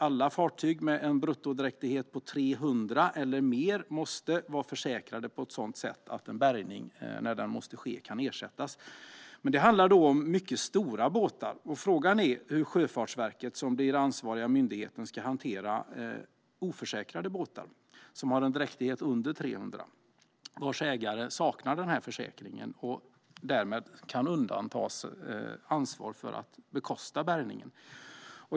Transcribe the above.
Alla fartyg med en bruttodräktighet på 300 eller mer måste vara försäkrade på ett sådant sätt att en bärgning, när den måste ske, kan ersättas. Det handlar då om mycket stora båtar, och frågan är hur Sjöfartsverket, som blir den ansvariga myndigheten, ska hantera oförsäkrade båtar som har en dräktighet under 300 och vars ägare saknar försäkring och därmed kan undandra sig ansvar för att bekosta bärgningen.